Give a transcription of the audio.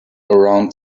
around